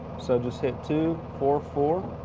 so just hit two, four, four,